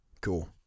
cool